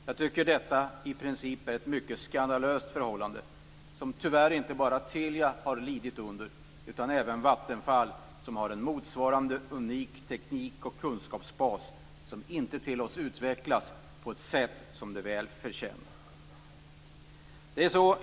Jag tycker att detta i princip är ett mycket skandalöst förhållande som tyvärr inte bara Telia har lidit under utan även Vattenfall som har en motsvarande unik teknik och kunskapsbas som inte tillåts utvecklas på ett sätt som det väl förtjänar.